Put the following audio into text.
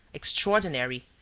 extraordinary,